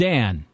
Dan